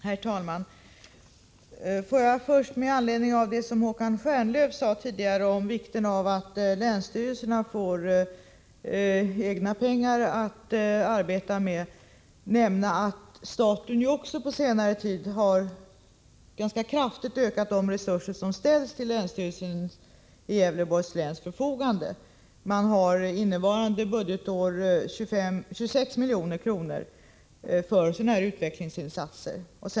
Herr talman! Får jag först, med anledning av det som Håkan Stjernlöf sade tidigare om vikten av att länsstyrelsen får egna pengar att arbeta med, nämna att staten också på senare tid ganska kraftigt har ökat de resurser som ställs till länsstyrelsens i Gävleborgs län förfogande. Man har under innevarande budgetår 26 milj.kr. för sådana här utvecklingsinsatser.